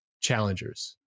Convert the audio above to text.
challengers